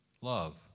love